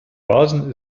rasen